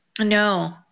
No